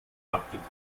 abgetan